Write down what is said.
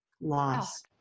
loss